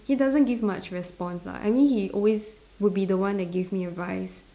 he doesn't give much response lah I mean he always would be the one that give me advice